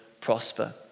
prosper